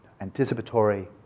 anticipatory